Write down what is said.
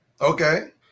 Okay